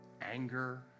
anger